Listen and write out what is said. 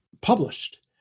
published